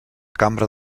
cambra